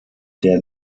der